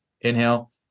inhale